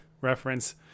reference